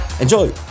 enjoy